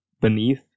beneath